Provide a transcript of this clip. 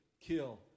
kill